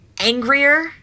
angrier